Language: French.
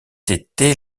été